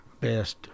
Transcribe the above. best